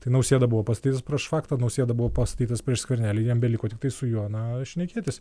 tai nausėda buvo pastatytas prieš faktą nausėda buvo pastatytas prieš skvernelį jam beliko tiktai su juo na šnekėtis